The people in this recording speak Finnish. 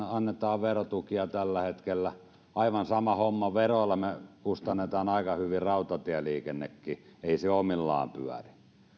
annetaan verotukia tällä hetkellä aivan sama homma ja veroilla me kustannamme aika hyvin rautatieliikenteenkin ei se omillaan pyöri